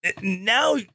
now